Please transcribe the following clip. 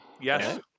yes